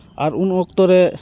ᱟᱨ ᱩᱱ ᱚᱠᱛᱚ ᱨᱮ